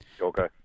Okay